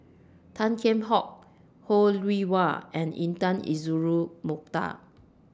Tan Kheam Hock Ho Rih Hwa and Intan Azura Mokhtar